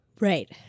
Right